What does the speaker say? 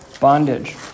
bondage